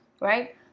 Right